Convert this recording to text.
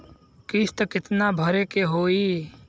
किस्त कितना भरे के होइ?